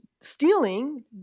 stealing